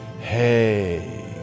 hey